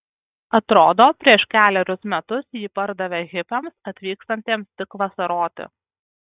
atrodo prieš kelerius metus jį pardavė hipiams atvykstantiems tik vasaroti